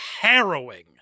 harrowing